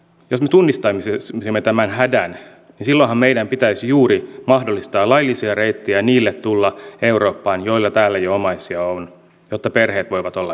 joku tunnistaisi emme tämän eurooppaan niin silloinhan meidän pitäisi juuri mahdollistaa laillisia reittejä tulla eurooppaan niille joilla täällä jo omaisia on jotta perheet voivat olla yhdessä